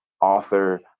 author